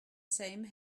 same